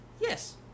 Yes